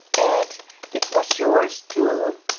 it it was yours, too,